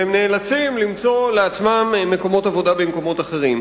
והם נאלצים למצוא לעצמם מקומות עבודה במקומות אחרים.